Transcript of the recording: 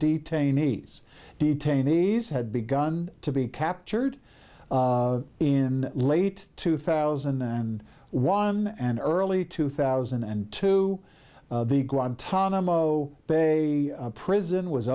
detainees detainees had begun to be captured in late two thousand and one and early two thousand and two the guantanamo bay prison was